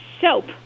soap